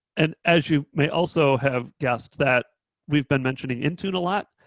and as you may also have guessed that we've been mentioning intune a lot,